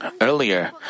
Earlier